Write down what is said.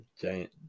giant